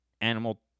animal